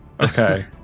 Okay